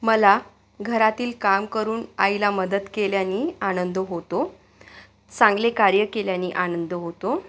मला घरातील काम करून आईला मदत केल्यानी आनंद होतो चांगले कार्य केल्यानी आनंद होतो